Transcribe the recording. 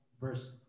verse